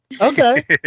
okay